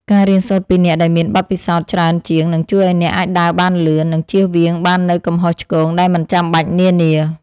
ការរៀនសូត្រពីអ្នកដែលមានបទពិសោធន៍ច្រើនជាងនឹងជួយឱ្យអ្នកអាចដើរបានលឿន និងជៀសវាងបាននូវកំហុសឆ្គងដែលមិនចាំបាច់នានា។